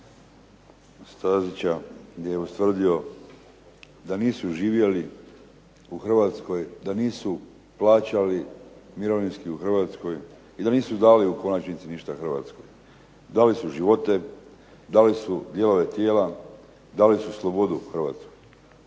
Stazića gdje je ustvrdio da nisu živjeli u Hrvatskoj, da nisu plaćali mirovinski u Hrvatskoj i da nisu dali u konačnici ništa Hrvatskoj. Dali su živote, dali su dijelove tijela, dali su slobodu Hrvatskoj.